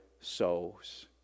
souls